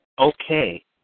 Okay